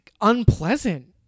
unpleasant